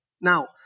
Now